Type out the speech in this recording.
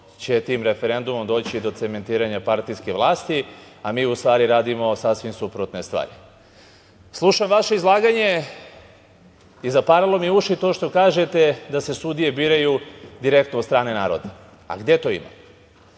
će tim referendumom doći do cementiranja partijske vlasti, a mi u stvari radimo sasvim suprotne stvari. Slušam vaše izlaganje i zaparalo mi je uši to što kažete da se sudije biraju direktno od strane naroda. A gde to ima?